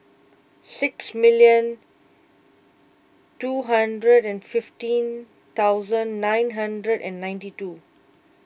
six million two hundred and fifteen thousand nine hundred and ninety two